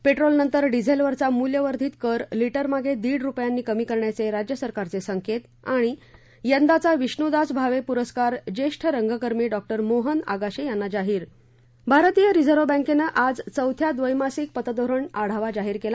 पेट्रोलनंतर डिझेलवरचा मूल्यवर्धित कर लिटर मागे दीड रुपयांनी कमी करण्याचे राज्य सरकारचे संकेत यंदाचा विष्णूदास भावे पुरस्कार ज्येष्ठ रंगकर्मी मोहन आगाशे यांना जाहीर भारतीय रिझर्व बँकनं आज चौथा व्दैमासिक पतधोरण आढावा जाहीर केला